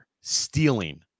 stealing